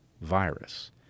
virus